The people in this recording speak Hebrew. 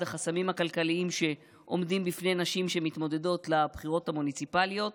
החסמים הכלכליים שעומדים בפני נשים שמתמודדות בבחירות המוניציפליות.